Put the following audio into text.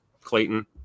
Clayton